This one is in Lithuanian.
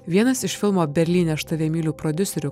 vienas iš filmo berlyne aš tave myliu prodiuserių